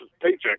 paycheck